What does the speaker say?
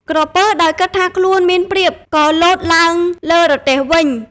ក្រពើដោយគិតថាខ្លួនមានប្រៀប ក៏លោតឡើងលើរទេះវិញ។